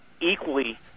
equally